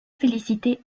féliciter